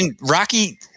Rocky